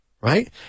right